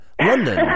London